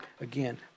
again